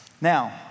Now